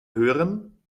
hören